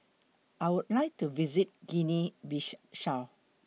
I Would like to visit Guinea Bissau